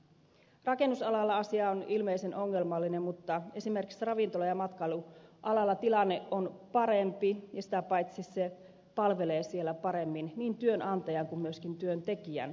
rakennusalalla asia on ilmeisen ongelmallinen mutta esimerkiksi ravintola ja matkailualalla tilanne on parempi ja sitä paitsi se palvelee siellä paremmin niin työnantajan kuin myöskin työntekijän tarpeita